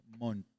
Month